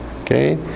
okay